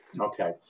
Okay